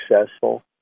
successful